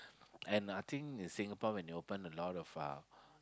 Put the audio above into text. and I think in Singapore when you open a lot of uh